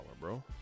bro